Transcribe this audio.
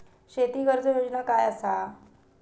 शेती कर्ज योजना काय असा?